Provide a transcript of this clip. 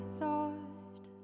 thought